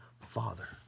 father